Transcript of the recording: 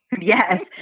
Yes